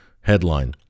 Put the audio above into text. Headline